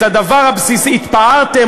בדבר הבסיסי התפארתם,